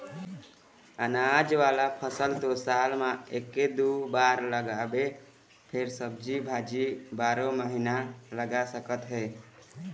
अनाज वाला फसल तो साल म एके दू बार लगाबे फेर सब्जी भाजी बारो महिना लगा सकत हे